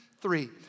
three